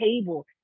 table